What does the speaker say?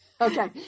okay